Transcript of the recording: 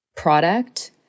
product